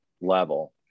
level